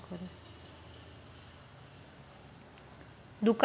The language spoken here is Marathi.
दुकानदार कास्तकाराइसोबत फोनवर चर्चा कशी करन?